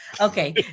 Okay